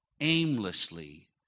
aimlessly